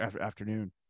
afternoon